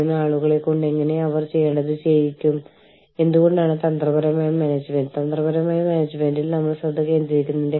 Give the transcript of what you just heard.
ഈ പ്രോഗ്രാമുകളുടെ സഹായത്തോടെ പോലും നമ്മൾ നേരിടുന്ന പ്രശ്നങ്ങളിലെ ആദ്യത്തെ പ്രശ്നം ഓരോ രാജ്യത്തും പ്രവർത്തനക്ഷമമായ തൊഴിലാളികളെ ട്രാക്ക് ചെയ്യുന്നതാണ്